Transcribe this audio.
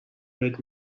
بهت